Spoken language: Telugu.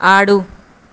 ఆడు